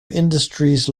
industries